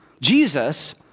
Jesus